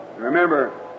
Remember